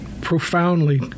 profoundly